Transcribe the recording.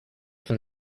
from